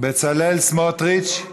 בצלאל סמוטריץ, לא נמצא,